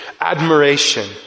admiration